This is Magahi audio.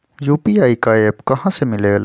यू.पी.आई का एप्प कहा से मिलेला?